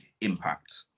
impact